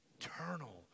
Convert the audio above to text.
eternal